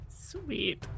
Sweet